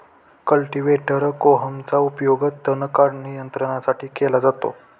cultivator कोहमचा उपयोग तण नियंत्रणासाठी केला जातो